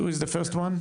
מי הראשון?